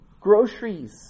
Groceries